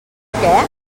què